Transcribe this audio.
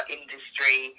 industry